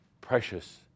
precious